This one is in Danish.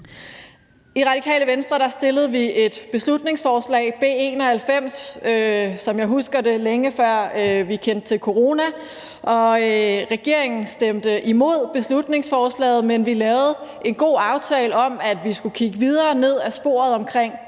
I Radikale Venstre fremsatte vi et beslutningsforslag, B 91, som jeg husker det, længe før vi kendte til corona, og regeringen stemte imod beslutningsforslaget. Men vi lavede en god aftale om, at vi skulle kigge videre ned ad det spor